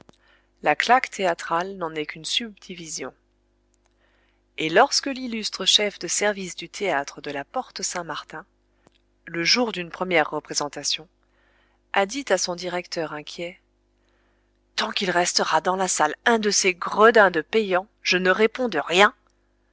la claque théâtrale n'en est qu'une subdivision et lorsque l'illustre chef de service du théâtre de la porte-saint-martin le jour d'une première représentation a dit à son directeur inquiet tant qu'il restera dans la salle un de ces gredins de payants je ne réponds de rien